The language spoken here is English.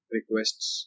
requests